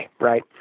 Right